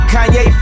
Kanye